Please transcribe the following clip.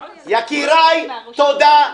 תודה.